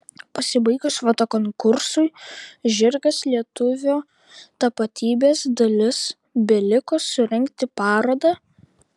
pasibaigus fotokonkursui žirgas lietuvio tapatybės dalis beliko surengti parodą